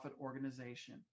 organization